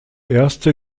erste